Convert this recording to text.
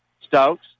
Stokes